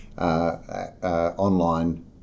online